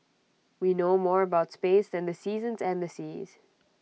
we know more about space than the seasons and seas